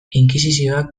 inkisizioak